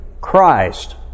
Christ